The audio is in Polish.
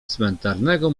cmentarnego